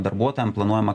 darbuotojam planuojama